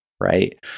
Right